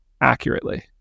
accurately